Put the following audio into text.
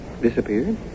Disappeared